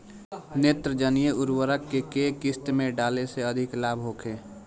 नेत्रजनीय उर्वरक के केय किस्त में डाले से अधिक लाभ होखे?